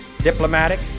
diplomatic